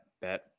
bet